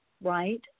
right